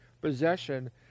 possession